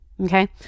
Okay